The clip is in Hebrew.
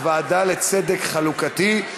הוועדה לצדק חלוקתי.